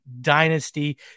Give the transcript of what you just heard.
Dynasty